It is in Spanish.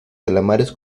calamares